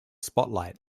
spotlight